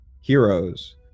heroes